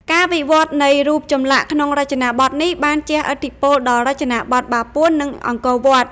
ការវិវត្តនៃរូបចម្លាក់ក្នុងរចនាបថនេះបានជះឥទ្ធិពលដល់រចនាបថបាពួន និងអង្គរវត្ត។